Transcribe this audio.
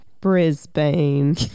brisbane